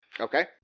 Okay